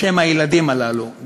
בשם הילדים הללו,